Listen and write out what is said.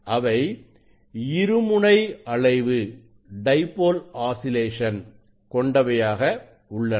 அவை இருமுனை அலைவு கொண்டவையாக உள்ளன